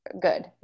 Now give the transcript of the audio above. good